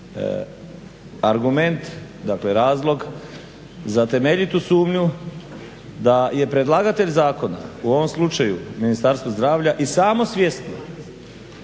argument, dakle razlog za temeljitu sumnju da je predlagatelj zakona, u ovom slučaju Ministarstvo zdravlja, i samo svjesno